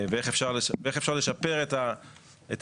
ואיך אפשר לשפר את התהליך,